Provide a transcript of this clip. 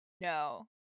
No